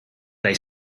they